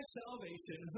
salvation